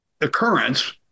occurrence